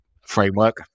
framework